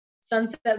Sunset